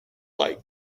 like